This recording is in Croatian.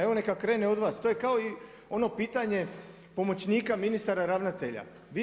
Evo neka krene od vas, to je kao i ono pitanje pomoćnika ministara ravnatelja.